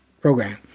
program